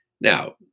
Now